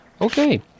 Okay